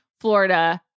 florida